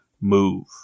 move